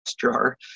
jar